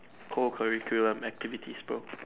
co-curricular activities bro